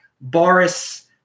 Boris